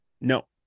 No